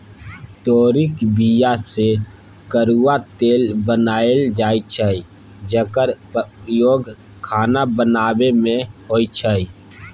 तोरीक बीया सँ करुआ तेल बनाएल जाइ छै जकर प्रयोग खाना बनाबै मे होइ छै